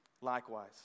likewise